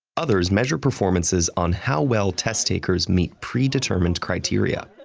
others measure performances on how well test takers meet predetermined criteria.